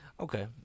Okay